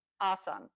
awesome